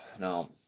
No